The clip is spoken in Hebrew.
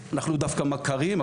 אנחנו דווקא מכרים,